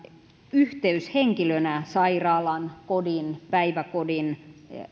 yhteyshenkilönä sairaalan kodin päiväkodin